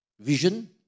vision